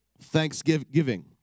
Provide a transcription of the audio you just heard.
Thanksgiving